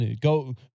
go